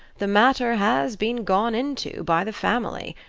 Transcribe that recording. the matter has been gone into by the family.